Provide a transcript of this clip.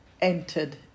entered